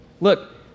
Look